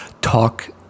talk